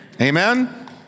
Amen